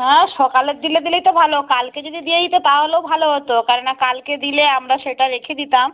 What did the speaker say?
হ্যাঁ সকালের দিলে দিলেই তো ভালো কালকে যদি দিয়ে দিতে তাহলেও ভালো হতো কেন না কালকে দিলে আমরা সেটা রেখে দিতাম